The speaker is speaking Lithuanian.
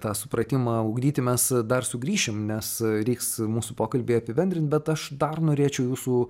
tą supratimą ugdyti mes dar sugrįšim nes reiks mūsų pokalbį apibendrinti bet aš dar norėčiau jūsų